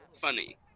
funny